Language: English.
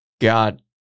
God